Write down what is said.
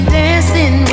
dancing